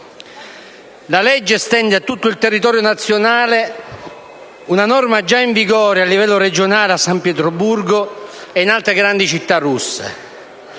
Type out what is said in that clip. La legge estende a tutto il territorio nazionale una norma già in vigore a livello regionale a San Pietroburgo e in altre grandi città russe.